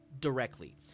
directly